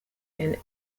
and